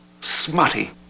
smutty